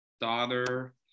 Daughter